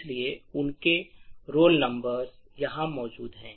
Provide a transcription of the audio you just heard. इसलिए उनके roll number यहां मौजूद हैं